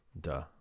Duh